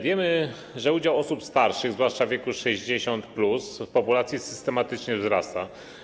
Wiemy, że udział osób starszych, zwłaszcza w wieku 60+, w populacji systematycznie wzrasta.